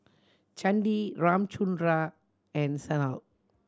Chandi Ramchundra and Sanal